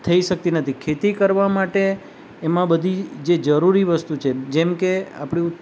થઈ શકતી નથી ખેતી કરવા માટે એમાં જે બધી જરૂરી વસ્તુઓ છે જેમ કે આપણું